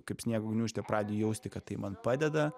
kaip sniego gniūžtė pradedi jausti kad tai man padeda